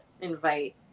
invite